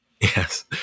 yes